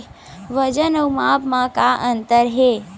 वजन अउ माप म का अंतर हे?